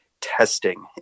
testing